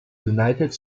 united